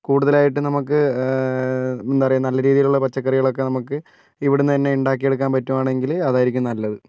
കൂടുതലായിട്ട് നമുക്ക് എന്താ പറയുക നല്ല രീതിയിലുള്ള പച്ചക്കറികൾ നമുക്ക് ഇവിടെ നിന്ന് തന്നെ ഉണ്ടാക്കി എടുക്കാൻ പറ്റുകയാണെങ്കിൽ അതായിരിക്കും നല്ലത്